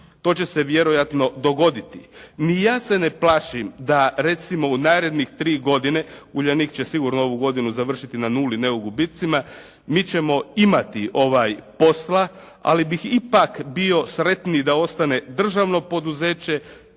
to će se vjerojatno dogoditi, ni ja se ne plašim da recimo u narednih tri godine "Uljanik" će sigurno ovu godinu završiti na nuli, ne u gubitcima, mi ćemo imati posla, ali bih ipak bio sretniji da ostane državno poduzeće,